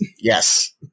Yes